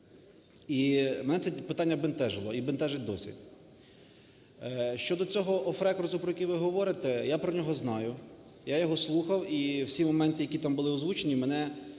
І мене це питання бентежило і бентежить досі. Щодо цього off the record, який ви говорите, я про нього знаю. Я його слухав, і всі моменти, які там були озвучені, меня